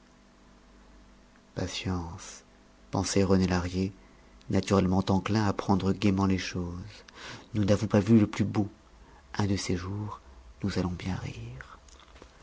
patience pensait rené lahrier naturellement enclin à prendre gaiement les choses nous n'avons pas vu le plus beau un de ces jours nous allons bien rire